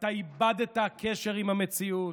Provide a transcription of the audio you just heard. אתה איבדת קשר עם המציאות,